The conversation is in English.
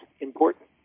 important